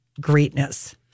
greatness